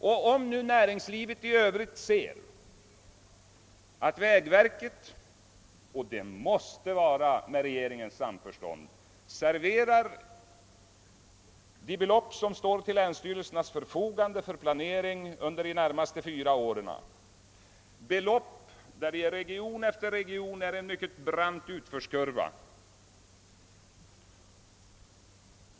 Men nu ser näringslivet att vägverket, uppenbarligen med regeringens samförstånd, serverar de belopp som skall stå till länsstyrelsernas förfogande för planeringen under de närmaste fyra åren och som för region efter region innebär en brant utförskurva.